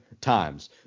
times